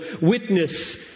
witness